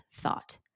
thought